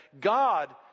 god